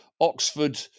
Oxford